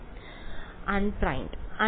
വിദ്യാർത്ഥി അൺപ്രൈംഡ്